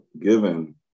given